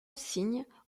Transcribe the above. signe